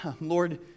Lord